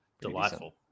Delightful